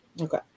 Okay